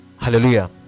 Hallelujah